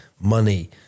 money